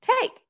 take